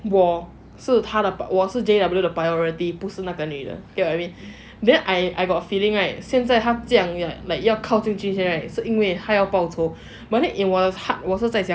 我是他的我是 J_W 的 priority 不是那个女的 get what I mean then I I got a feeling right 现在他这样 like 要靠近 right 要靠近俊轩 right 是因为他要报仇 but then in my heart right 我在想